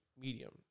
medium